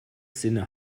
sinne